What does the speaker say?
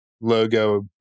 logo